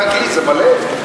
כנסת נכבדה,